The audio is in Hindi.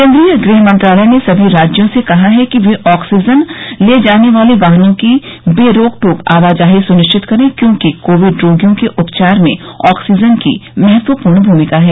केन्द्रीय गृहमंत्रालय ने सभी राज्यों से कहा है कि वे ऑक्सीजन ले जाने वाले वाहनों की बे रोक टोक आवाजाही सुनिश्चित करें क्योंकि कोविड रोगियों के उपचार में ऑक्सीजन की महत्वपूर्ण भूमिका है